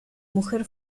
mujer